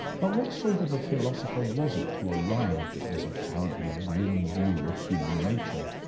but what sort of a philosopher was it who arrived at this apparently grim view of human nature?